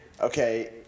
okay